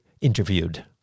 interviewed